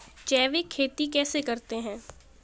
जैविक खेती कैसे करते हैं?